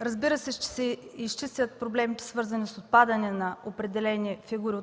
разбира се, ще се изчистят проблемите, свързани с отпадане на определени фигури,